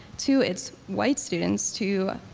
to its white students to,